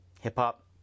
hip-hop